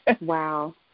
Wow